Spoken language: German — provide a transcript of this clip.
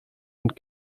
und